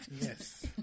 Yes